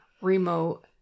remote